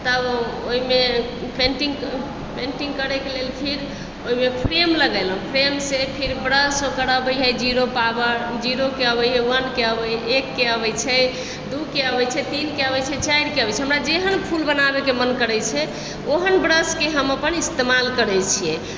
तब ओहिमे पेंटिंग करै के लेल फिर ओहिमे फ्रेम लगेलहुॅं फ्रेम से फिर ब्रश ओकर अबै हय जीरो पॉवर जीरो के अबैए वन के अबैए एक के अबै छै दू के अबै छै तीन के अबै छै चारि के अबै छै हमरा जेहन फूल बनाबै के मन करै छै ओहन ब्रश के हम अपन इस्तेमाल करै छियै